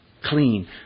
clean